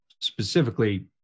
specifically